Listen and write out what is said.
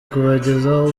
kubagezaho